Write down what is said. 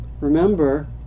remember